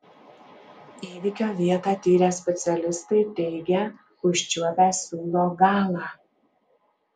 įvykio vietą tyrę specialistai teigia užčiuopę siūlo galą